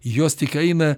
jos tik eina